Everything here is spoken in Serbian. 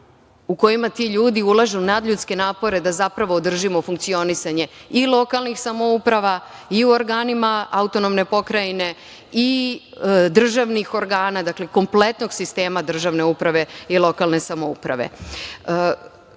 u kojima ti ljudi ulažu nadljudske napore da zapravo održimo funkcionisanje i lokalnih samouprava i u organima autonomne pokrajine i državnih organa, dakle, kompletnog sistema državne uprave i lokalne samouprave. Hvala